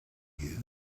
you